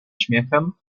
śmiechem